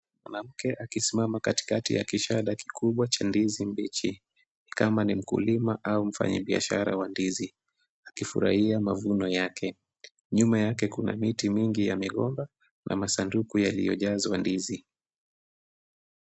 Mwanamke akisimama katikati ya kishada kikubwa cha ndizi mbichi, ni kama ni mkulima au mfanyibiashara wa ndizi akifurahia mavuno yake. Nyuma yake kuna miti mingi ya migomba na masanduku yaliyojazwa ndizi.